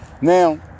Now